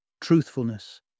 truthfulness